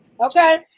Okay